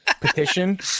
petition